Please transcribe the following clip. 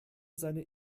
seine